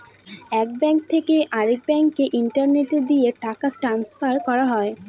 এক ব্যাঙ্ক থেকে আরেক ব্যাঙ্কে ইন্টারনেট দিয়ে টাকা ট্রান্সফার করে